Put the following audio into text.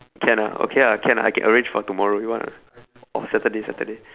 can ah okay ah can ah I can arrange for tomorrow you want or not or saturday saturday